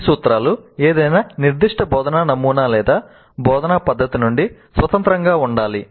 ఈ సూత్రాలు ఏదైనా నిర్దిష్ట బోధనా నమూనా లేదా బోధనా పద్ధతి నుండి స్వతంత్రంగా ఉండాలి